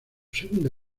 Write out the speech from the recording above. segunda